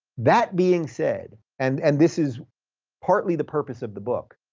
that being said, and and this is partly the purpose of the book,